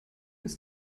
ist